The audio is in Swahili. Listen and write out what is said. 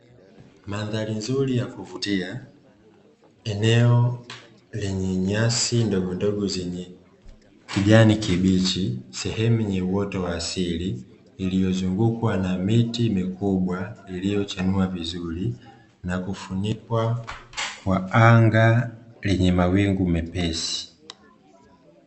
Mandhari nzuri ya kuvutia, eneo lenye nyasi ndogondogo zenye kijani kibichi, sehemu yenye uoto wa asili iliyozungukwa na miti mikubwa iliyochanua vizuri na kufunikwa kwa anga lenye mawingu mepesi.